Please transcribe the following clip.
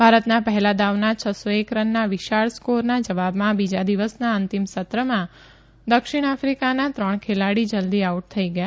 ભારતના પહેલા દાવના છસ્સો એક રનના વિશાળ સ્કોરના જવાબમાં બીજા દિવસના અંતિમ સત્રમાં દક્ષિણ આફિકાના ત્રણ ખેલાડી જલ્દી આઉટ થઇ ગયા